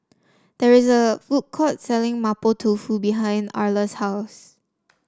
there is a food court selling Mapo Tofu behind Arla's house